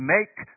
Make